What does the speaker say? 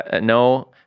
no